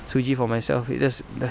suji for myself it's just dah